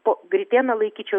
po gritėną laikyčiau